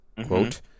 quote